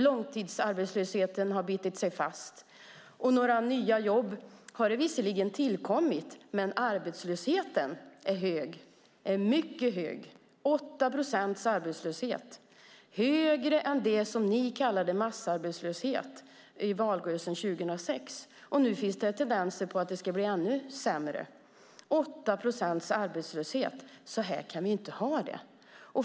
Långtidsarbetslösheten har bitit sig fast. Det har visserligen tillkommit en del nya jobb, men arbetslösheten är mycket hög. Vi har 8 procents arbetslöshet. Den är högre än det som ni kallade massarbetslöshet i valrörelsen 2006. Nu finns det tendenser till att det blir ännu sämre. En arbetslöshet på 8 procent - så kan vi inte ha det.